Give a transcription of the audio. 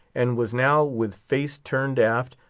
and was now, with face turned aft,